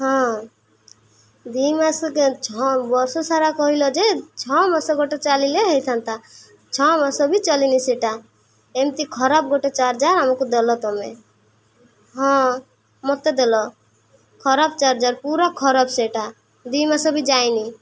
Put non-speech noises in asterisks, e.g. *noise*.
ହଁ ଦୁଇ ମାସ *unintelligible* ଛଅ ବର୍ଷ ସାରା କହିଲ ଯେ ଛଅ ମାସ ଗୋଟେ ଚାଲିଲେ ହେଇଥାନ୍ତା ଛଅ ମାସ ବି ଚାଲିିନି ସେଇଟା ଏମିତି ଖରାପ ଗୋଟେ ଚାର୍ଜର ଆମକୁ ଦେଲ ତୁମେ ହଁ ମୋତେ ଦେଲ ଖରାପ ଚାର୍ଜର ପୁରା ଖରାପ ସେଇଟା ଦୁଇ ମାସ ବି ଯାଇନି